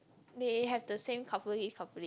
they have the same coupley coupley